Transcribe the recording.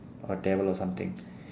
or devil or something